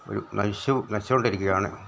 ഒരു നശിച്ചു നശിച്ചുകൊണ്ടിരിക്കുകയാണ്